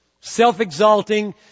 self-exalting